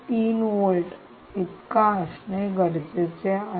3 volt इतका असणे गरजेचे आहे